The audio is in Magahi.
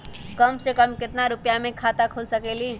कम से कम केतना रुपया में खाता खुल सकेली?